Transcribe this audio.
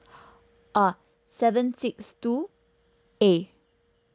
uh seven six two A